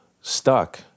stuck